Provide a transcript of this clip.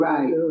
Right